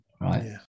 right